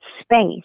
space